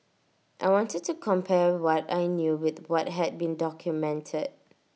I wanted to compare what I knew with what had been documented